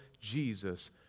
Jesus